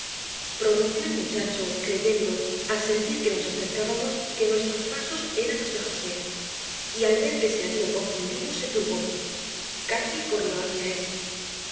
prorrumpió el muchacho creyendo al sentir que nos acercábamos que nuestros pasos eran los de josé y al ver que se había confundido se turbó cati corrió hacia él